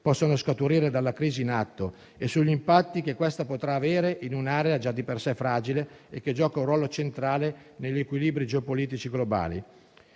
possono scaturire dalla crisi in atto e sugli impatti che questa potrà avere in un'area già di per sé fragile e che gioca un ruolo centrale negli equilibri geopolitici globali.